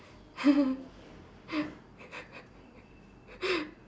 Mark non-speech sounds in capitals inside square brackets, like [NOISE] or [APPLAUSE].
[LAUGHS]